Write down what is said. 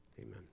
Amen